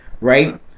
right